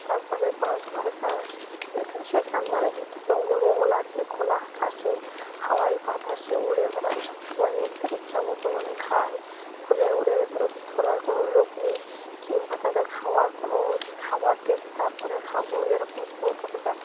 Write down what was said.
তার পরে বাঁশ বাগান এখানে সেখানে মানে যত জঙ্গল মঙ্গল আছে খোলা আকাশে হাওয়ায় বাতাসে উড়ে বেড়ায় সবসময় নিজেদের ইচ্ছা মতো মানে খায় ঘুরে উড়ে তো ওদের ধরার কোনো লোক নেই কিংবা তাদের খাওয়ার কোনো যে খাবার দেবে তার পরে খাব এরকম কোনো তাদের ব্যাপার না